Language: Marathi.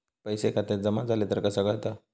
पैसे खात्यात जमा झाले तर कसा कळता?